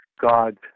God